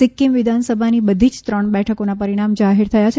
સિક્કિમ વિધાનસભાની બધીજ ત્રણ બેઠકોના પરિણામ જાહેર થયા છે